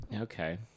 Okay